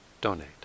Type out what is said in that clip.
donate